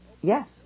Yes